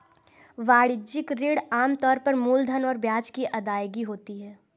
वाणिज्यिक ऋण आम तौर पर मूलधन और ब्याज की अदायगी होता है